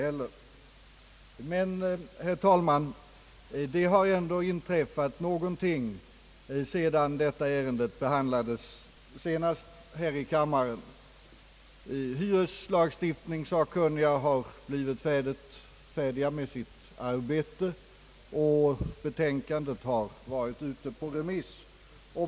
Men, herr talman, det har dock inträffat någonting, sedan detta ärende senast behandlades här i kammaren. Hyreslagstiftningssakkunniga har blivit färdiga med sitt arbete och betänkandet har varit ute på remiss.